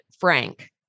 Frank